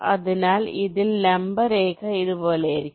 അതിനാൽ ഇതിൽ ലംബ രേഖ ഇതുപോലെയായിരിക്കും